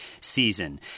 season